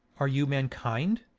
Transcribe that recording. are you mankind?